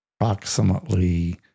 approximately